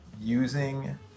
using